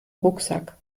rucksack